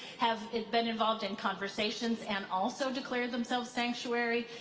have been involved in conversations and also declared themselves sanctuary.